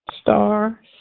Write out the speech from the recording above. Star